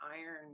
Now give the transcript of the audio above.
iron